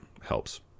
helps